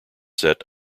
set